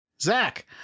Zach